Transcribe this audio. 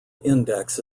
index